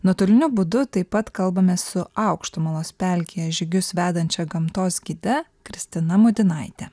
nuotoliniu būdu taip pat kalbame su aukštumalos pelkėje žygius vedančia gamtos gide kristina mudinaite